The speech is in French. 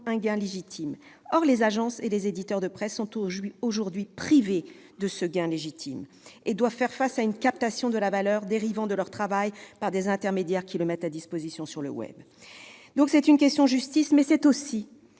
d'un gain légitime. Or les agences et éditeurs de presse sont aujourd'hui privés de ce gain légitime et doivent faire face à une captation de la valeur dérivant de leur travail par des intermédiaires qui le mettent à disposition sur le web. Ce texte est aussi